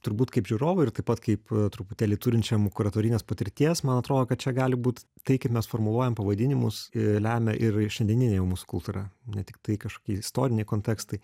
turbūt kaip žiūrovui ir taip pat kaip truputėlį turinčiam kuratorinės patirties man atrodo kad čia gali būt tai kaip mes formuluojam pavadinimus ir lemia ir šiandieninė mūsų kultūra ne tiktai kažkokie istoriniai kontekstai